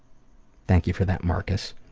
thank you for that, marcus.